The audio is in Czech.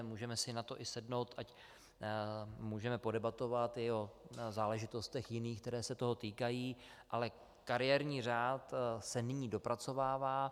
Můžeme si na to i sednout, můžeme podebatovat i o záležitostech jiných, které se toho týkají, ale kariérní řád se nyní dopracovává.